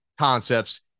Concepts